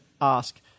ask